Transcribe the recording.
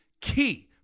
key